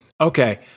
Okay